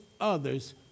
others